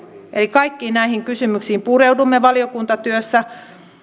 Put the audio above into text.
kaikkiin näihin kysymyksiin pureudumme valiokuntatyössä